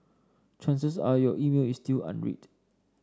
chances are your email is still unread